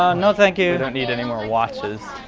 um no, thank you. don't need any more watches.